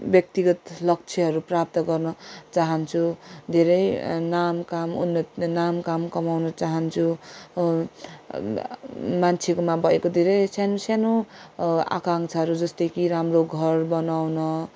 व्यक्तिगत लक्ष्यहरू प्राप्त गर्न चाहन्छु धेरै नाम काम उन नाम काम कमाउन चाहन्छु मान्छोकोमा भएको धेरै सानो सानो आकाङ्क्षाहरू जस्तै कि राम्रो घर बनाउन